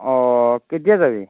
অঁ কেতিয়া যাবি